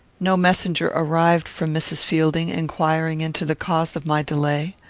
no messenger arrived from mrs. fielding, inquiring into the cause of my delay.